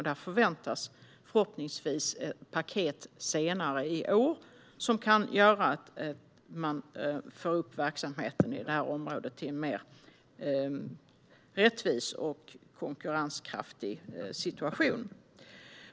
Där förväntas, förhoppningsvis, ett paket senare i år som kan göra att man får upp verksamheten på det här området till en mer rättvis och konkurrenskraftig situation.